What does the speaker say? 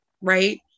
right